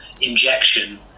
injection